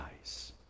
eyes